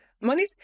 Money